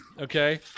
Okay